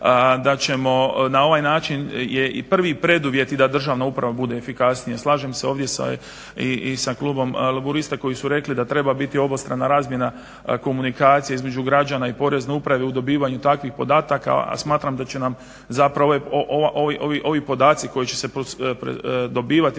da ćemo na ovaj način je i prvi preduvjet i da državna uprava bude efikasnija. Slažem se ovdje i sa klubom Laburista koji su rekli da treba biti obostrana razmjena komunikacije između građana i Porezne uprave u dobivanju takvih podataka a smatram da će nam zapravo ovi podaci koji će se dobivati